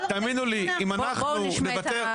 תאמינו ליאם אנחנו נוותר.